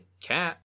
cat